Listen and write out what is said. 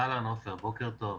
עפר, בוקר טוב.